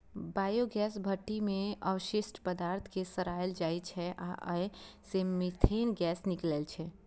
biogas भट्ठी मे अवशिष्ट पदार्थ कें सड़ाएल जाइ छै आ अय सं मीथेन गैस निकलै छै